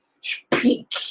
Speak